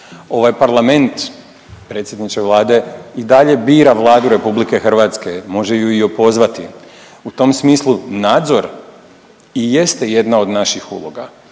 Ovaj parlament, predsjedniče Vlade, i dalje bira Vladu RH, može ju i opozvati. U tom smislu nadzor i jeste jedna od naših uloga.